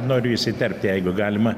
noriu įsiterpt jeigu galima